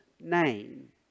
name